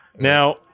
Now